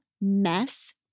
Mess